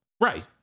right